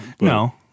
no